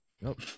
Nope